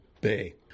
Bay